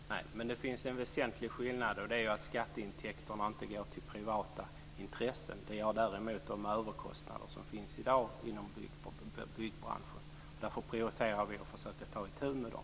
Fru talman! Nej, men det finns en väsentlig skillnad, och det är att skatteintäkterna inte går till privata intressen. Det gör däremot de överkostnader som finns i dag inom byggbranschen. Därför prioriterar vi att försöka ta itu med dem.